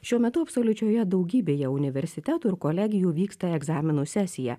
šiuo metu absoliučioje daugybėje universitetų ir kolegijų vyksta egzaminų sesija